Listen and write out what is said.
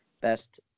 best